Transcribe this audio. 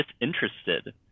disinterested